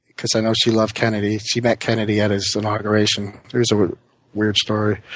because i know she loved kennedy. she met kennedy at his inauguration. it was a weird story.